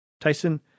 Tyson